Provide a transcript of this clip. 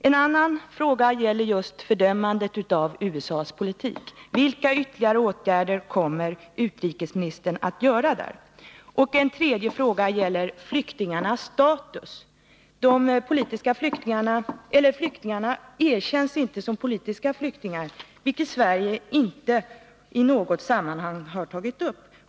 En annan fråga gäller just fördömandet av USA:s politik. Vilka ytterligare åtgärder kommer utrikesministern att vidta därvidlag? En tredje fråga gäller flyktingarnas status. Flyktingarna erkänns inte som politiska flyktingar, vilket Sverige inte inom något sammanhang tagit upp.